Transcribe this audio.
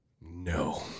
No